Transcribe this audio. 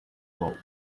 bowls